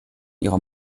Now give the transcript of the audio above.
ihrer